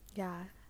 ya